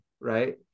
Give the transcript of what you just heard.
right